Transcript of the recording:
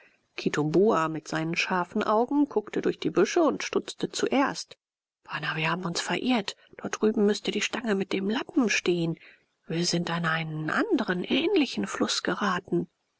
kitumbua mit seinen scharfen augen guckte durch die büsche und stutzte zuerst bana wir haben uns verirrt dort drüben müßte die stange mit dem lappen stehen wir sind an einen andren ähnlichen fluß geraten